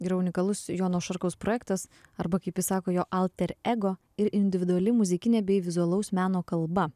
yra unikalus jono šurkaus projektas arba kaip sako jo alter ego ir individuali muzikinė bei vizualaus meno kalba